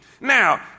Now